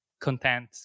content